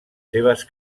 seves